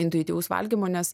intuityvaus valgymo nes